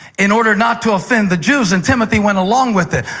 in order not to offend the jews, and timothy went along with it.